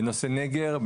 בנושא נגר.